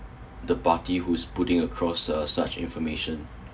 the party who is putting across (uh)such a information